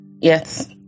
Yes